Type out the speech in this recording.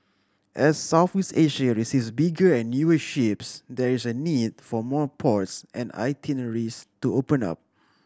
as Southeast Asia receives bigger and newer ships there is a need for more ports and itineraries to open up